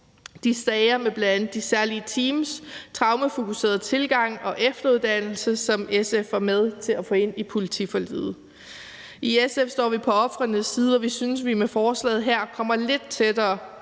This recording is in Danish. på baggrund af bl.a. de særlige teams, en traumefokuseret tilgang og efteruddannelse, som SF var med til at få ind i politiforliget. I SF står vi på ofrenes side, og vi synes, at vi med forslaget her kommer lidt tættere